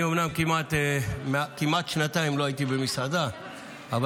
אני אומנם לא הייתי במסעדה כמעט שנתיים,